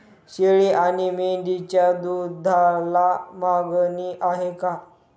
शेळी आणि मेंढीच्या दूधाला मागणी आहे का?